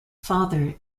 father